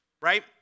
right